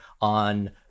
on